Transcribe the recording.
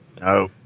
no